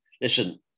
Listen